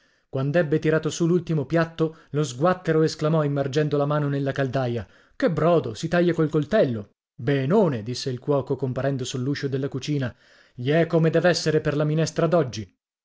l'unto quand'ebbe tirato su l'ultimo piatto lo sguattero esclamò immergendo la mano nella caldaia che brodo si taglia col coltello benone disse il cuoco comparendo sull'uscio della cucina gli è come deve essere per la minestra